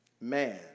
Man